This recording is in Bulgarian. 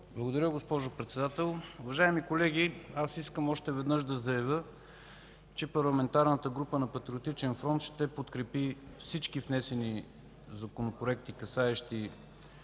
Благодаря, госпожо Председател. Уважаеми колеги, искам да заявя още веднъж, че Парламентарната група на Патриотичен фронт ще подкрепи всички внесени законопроекти, касаещи